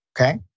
Okay